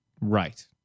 Right